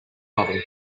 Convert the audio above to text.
bubble